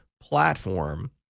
platform